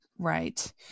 Right